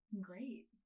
Great